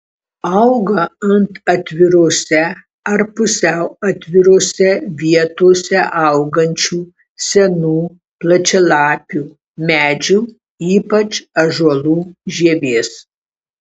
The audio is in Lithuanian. auga ant atvirose ar pusiau atvirose vietose augančių senų plačialapių medžių ypač ąžuolų žievės